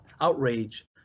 outrage